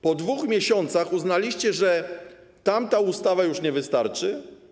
Po 2 miesiącach uznaliście, że tamta ustawa już nie wystarczy?